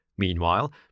Meanwhile